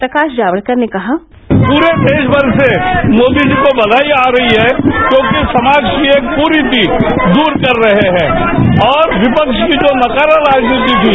प्रकाश जावड़ेकर ने कहा पूरे देशभर से मोदी जी को बधाई आ रही है क्योंकि समाज की ये करीति दूर कर रहे हैं और विपक्ष ने जो नारे बाजी की थी